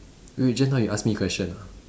wait just now you ask me question ah